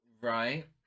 Right